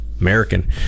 American